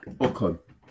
Okay